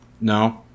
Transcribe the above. No